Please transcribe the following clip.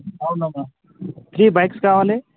అవును ma'am three bikes కావాలి